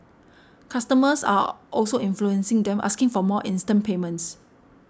customers are also influencing them asking for more instant payments